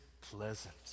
pleasant